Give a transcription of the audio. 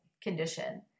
condition